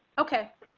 okay.